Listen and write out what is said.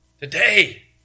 today